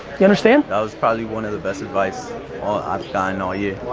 you understand? that was probably one of the best advice i've gotten all year.